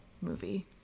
movie